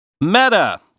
Meta